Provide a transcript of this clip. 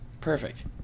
perfect